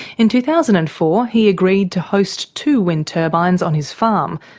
in two thousand and four, he agreed to host two wind turbines on his farm,